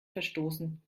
verstoßen